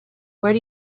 where